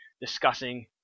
discussing